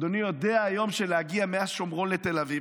אדוני יודע שהיום להגיע מהשומרון לתל אביב,